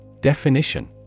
definition